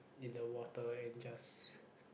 in the water and just